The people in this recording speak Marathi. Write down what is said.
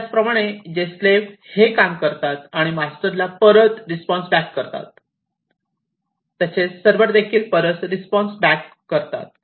त्याचप्रमाणे जे स्लेव्ह हे काम करतात आणि मास्टरला परत रिस्पॉन्स बॅक करतात तसेच सर्व्हर देखील परत रिस्पॉन्स बॅक करतात